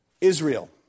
Israel